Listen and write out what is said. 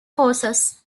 forces